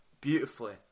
beautifully